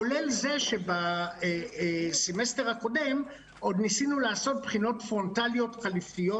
כולל זה שבסמסטר הקודם עוד ניסינו לעשות בחינות פרונטליות חליפיות,